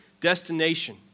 destination